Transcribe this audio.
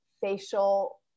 facial